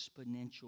exponential